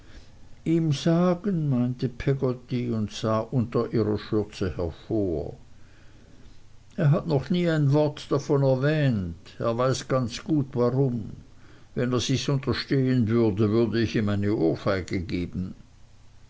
ihm sagen meinte peggotty und sah unter ihrer schürze hervor er hat noch nie ein wort davon erwähnt er weiß ganz gut warum wenn er sichs unterstehen würde würd ich ihm eine ohrfeige geben